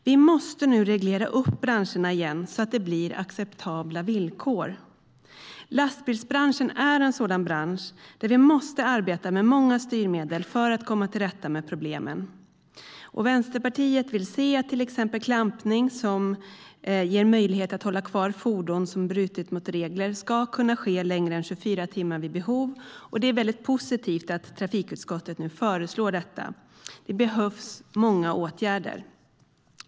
Vi måste nu reglera branscherna igen, så att det blir acceptabla villkor. Lastbilsbranschen är en sådan bransch där vi måste arbeta med många styrmedel för att komma till rätta med problemen. Vänsterpartiet vill till exempel att klampning, som ger möjlighet att hålla kvar fordon som har brutit mot regler, ska kunna ske längre än 24 timmar vid behov. Det är positivt att trafikutskottet nu föreslår detta. Det behövs många åtgärder.